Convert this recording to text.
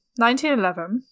1911